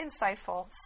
insightful